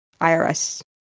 IRS